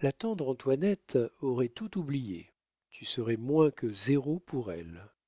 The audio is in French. la tendre antoinette aurait tout oublié tu serais moins que zéro pour elle